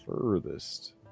furthest